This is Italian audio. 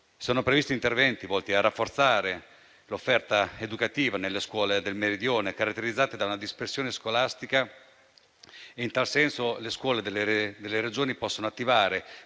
Sono previsti interventi volti a rafforzare l'offerta educativa nelle scuole del Meridione, caratterizzate da dispersione scolastica. In tal senso, le scuole di tali Regioni possono attivare